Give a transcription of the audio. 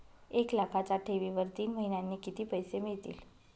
एक लाखाच्या ठेवीवर तीन महिन्यांनी किती पैसे मिळतील?